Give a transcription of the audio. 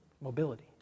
mobility